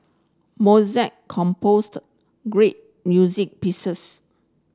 Mozart composed great music pieces